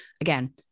again